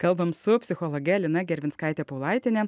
kalbam su psichologe lina gervinskaite paulaitiene